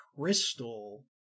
crystal